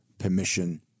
permission